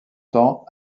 temps